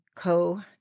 Co